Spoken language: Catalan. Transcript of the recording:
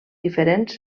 diferents